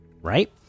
right